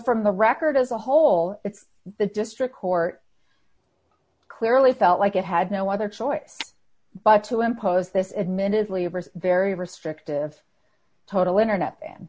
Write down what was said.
from the record as a whole it's the district court clearly felt like it had no other choice but to impose this admittedly was very restrictive total internet fan